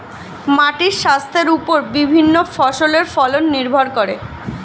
মাটির স্বাস্থ্যের ওপর বিভিন্ন ফসলের ফলন নির্ভর করে